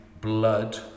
blood